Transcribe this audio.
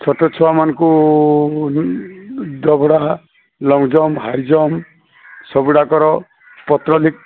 ଛୋଟ ଛୁଆମାନଙ୍କୁ ଦୌଡ଼ା ଲଙ୍ଗ୍ ଜମ୍ପ ହାଇ ଜମ୍ପ ସବୁଗୁଡ଼ାକର ପତ୍ରଲିଖନ